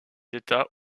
états